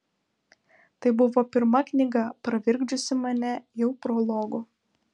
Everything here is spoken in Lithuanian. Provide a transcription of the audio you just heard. tai buvo pirma knyga pravirkdžiusi mane jau prologu